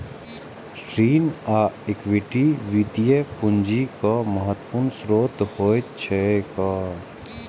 ऋण आ इक्विटी वित्तीय पूंजीक महत्वपूर्ण स्रोत होइत छैक